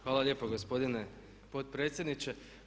Hvala lijepa gospodine potpredsjedniče.